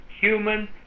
human